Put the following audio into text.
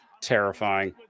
Terrifying